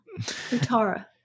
Utara